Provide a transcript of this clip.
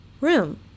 room